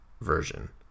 version